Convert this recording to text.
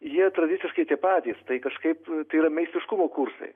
jie tradiciškai tie patys tai kažkaip tai yra meistriškumo konkursai